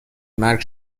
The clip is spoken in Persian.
مرگ